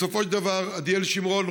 בסופו של דבר עדיאל שמרון,